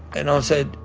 and i said,